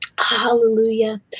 Hallelujah